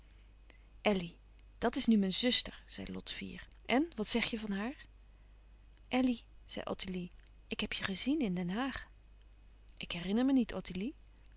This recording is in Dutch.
dat is nu mijn zuster zei lot fier en wat zeg je van haar elly zei ottilie ik heb je gezien in den haag ik herinner me niet ottilie